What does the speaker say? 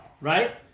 right